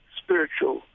spiritual